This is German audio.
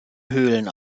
höhlen